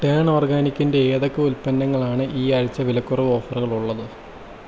turn ഓർഗാനിക്കിൻ്റെ ഏതൊക്കെ ഉൽപ്പന്നങ്ങളാണ് ഈ ആഴ്ച വിലക്കുറവ് ഓഫറുകളുള്ളത്